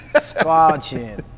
scorching